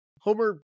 Homer